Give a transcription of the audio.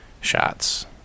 shots